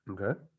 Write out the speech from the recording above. Okay